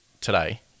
today